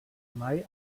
mai